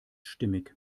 stimmig